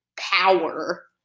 power